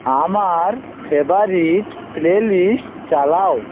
আমার favourite playlist চালাও